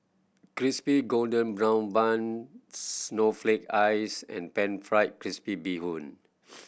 Crispy Golden Brown Bun snowflake ice and Pan Fried Crispy Bee Hoon